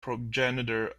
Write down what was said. progenitor